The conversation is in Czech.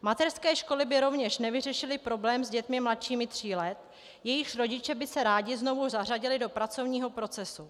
Mateřské školy by rovněž nevyřešily problém s dětmi mladšími tří let, jejichž rodiče by se rádi znovu zařadili do pracovního procesu.